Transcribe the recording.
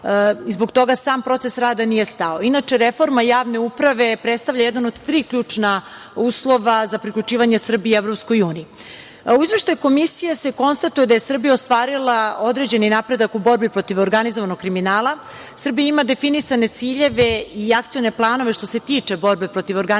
Zbog toga sam proces rada nije stao. Inače, reforma javne uprave predstavlja jedan od tri ključna uslova za priključivanje Srbije EU. U izveštaju komisije se konstatuje da je Srbija ostvarila određeni napredak u borbi protiv organizovanog kriminala, Srbija ima definisane ciljeve i akcione planove što se tiče borbe protiv organizovanog kriminala